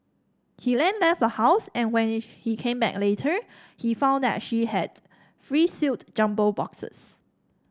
he then left the house and when he came back later he found that she had three sealed jumbo boxes